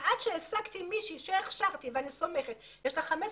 עד שהשגתי מישהי שהכשרתי ואני סומכת עליה,